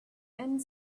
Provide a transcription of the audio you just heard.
end